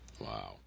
Wow